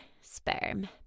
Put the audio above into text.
sperm